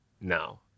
now